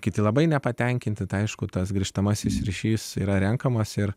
kiti labai nepatenkinti tai aišku tas grįžtamasis ryšys yra renkamas ir